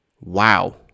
wow